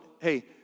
hey